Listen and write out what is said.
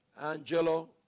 Angelo